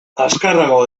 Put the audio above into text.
azkarrago